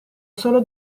solo